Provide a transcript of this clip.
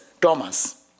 Thomas